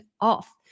off